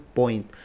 point